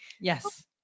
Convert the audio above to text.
Yes